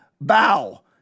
bow